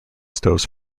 stoves